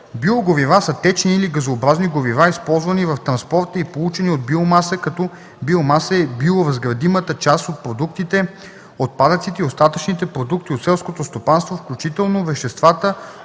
„Биогорива” са течни или газообразни горива, използвани в транспорта и получени от биомаса, като „биомаса” е биоразградимата част от продуктите, отпадъците и остатъчните продукти от селското стопанство, включително веществата